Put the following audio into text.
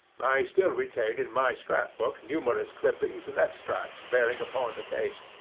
i still retain in my scrap-book numerous clippings and extracts bearing upon the case.